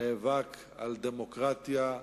נאבק על דמוקרטיה,